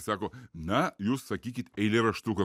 sako na jūs sakykit eilėraštuką